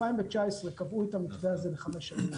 ב-2019 קבעו את המתווה הזה ל-5 שנים.